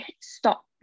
stop